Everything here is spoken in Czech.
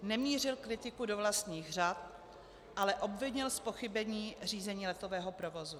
Nemířil kritiku do vlastních řad, ale obvinil z pochybení Řízení letového provozu.